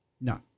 No